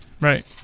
Right